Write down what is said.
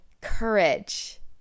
courage